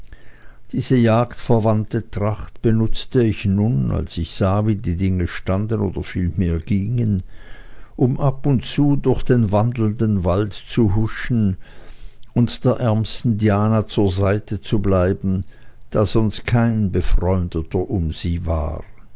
diese jagdverwandte tracht benutzte ich nun als ich sah wie die dinge standen oder vielmehr gingen um ab und zu durch den wandelnden wald zu huschen und der ärmsten diana zur seite zu bleiben da sonst kein befreundeter um sie war